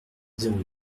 zéro